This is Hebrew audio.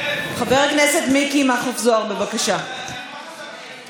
אבל למדנו אותו בצורה הכי ברורה,